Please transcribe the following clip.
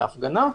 מההפגנה,